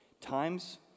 Times